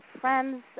friends